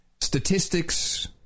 statistics